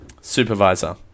supervisor